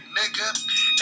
nigga